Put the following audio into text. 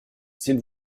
s’il